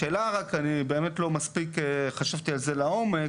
השאלה אם באמת לא מספיק חשבתי על זה לעומק.